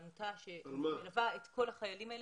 עמותה שמלווה את כל החיילים האלה.